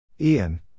Ian